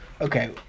Okay